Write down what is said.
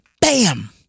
bam